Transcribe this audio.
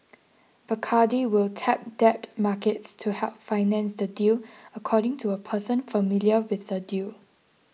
Bacardi will tap debt markets to help finance the deal according to a person familiar with the deal